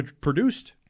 produced